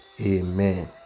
Amen